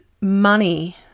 money